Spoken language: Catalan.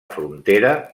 frontera